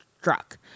struck